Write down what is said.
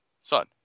son